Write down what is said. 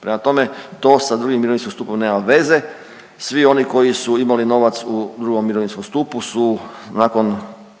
prema tome to sa II. mirovinskim stupom nema veze. Svi oni koji su imali novac u II. mirovinskom stupu su nakon